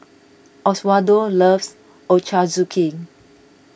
Oswaldo loves Ochazuke